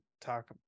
talk